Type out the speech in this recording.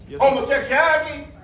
Homosexuality